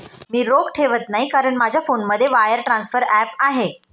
मी रोख ठेवत नाही कारण माझ्या फोनमध्ये वायर ट्रान्सफर ॲप आहे